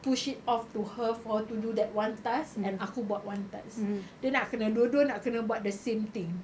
push it off to her for her to do that one task and aku buat one task dia nak kena dua dua nak kena buat the same thing